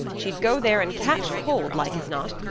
she'd go there and catch cold like as not,